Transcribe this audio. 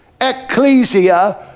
ecclesia